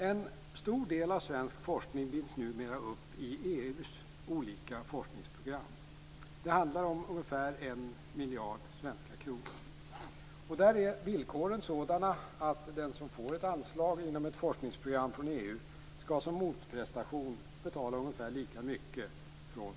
En stor del av svensk forskning binds numera upp i EU:s olika forskningsprogram. Det handlar om ungefär 1 miljard svenska kronor. Villkoren är sådana att den som får ett anslag inom ett forskningsprogram från EU skall betala ungefär lika mycket från svensk sida som motprestation.